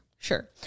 Sure